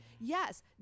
yes